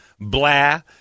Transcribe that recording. blah